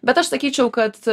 bet aš sakyčiau kad